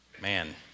Man